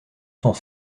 sont